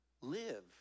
live